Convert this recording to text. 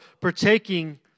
partaking